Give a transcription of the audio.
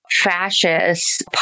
fascist